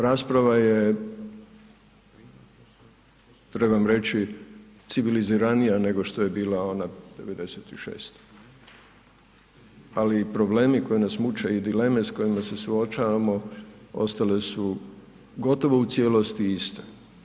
Rasprava je trebam reći civiliziranija nego što je bila ona '96., ali i problemi koji nas muče i dileme s kojima se suočavamo ostale su gotovo u cijelosti iste.